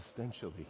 existentially